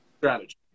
strategy